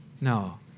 No